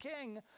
king